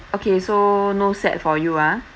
okay so no set for you ah